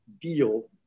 deal